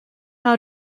how